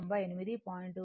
793 what